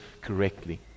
correctly